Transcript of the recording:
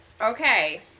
okay